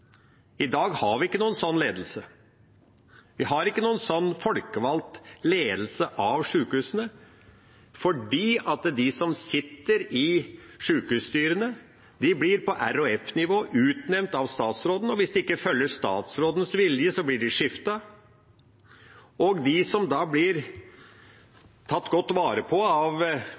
I dag har vi ikke noen slik ledelse. Vi har ikke noen slik folkevalgt ledelse av sjukehusene, for de som sitter i sjukehusstyrene, blir på RHF-nivå utnevnt av statsråden. Hvis de ikke følger statsrådens vilje, blir de skiftet ut, og de som da blir tatt godt vare på av